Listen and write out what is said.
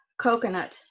coconut